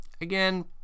Again